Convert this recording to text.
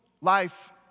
life